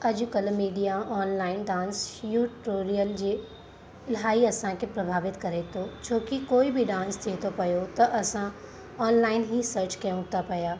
अॼु कल्ह media online dance tutorial जे इलाही असांखे प्रभावित करे थो छो कि कोई बि डांस थिए थो पयो त असां ऑनलाइन ही सर्च कयूं था पिया